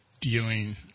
dealing